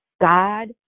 God